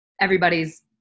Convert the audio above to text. everybody's